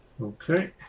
Okay